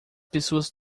pessoas